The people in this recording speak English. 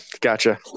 Gotcha